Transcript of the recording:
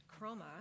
Chroma